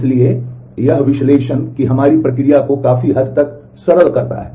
इसलिए यह विश्लेषण की हमारी प्रक्रिया को काफी हद तक सरल करता है